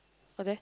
but then